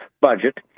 budget